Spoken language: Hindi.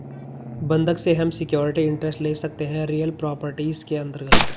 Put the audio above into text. बंधक से हम सिक्योरिटी इंटरेस्ट ले सकते है रियल प्रॉपर्टीज के अंतर्गत